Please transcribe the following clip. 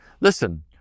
Listen